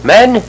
Men